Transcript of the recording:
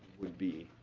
would be,